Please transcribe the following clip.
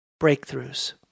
breakthroughs